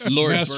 Lord